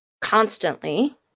constantly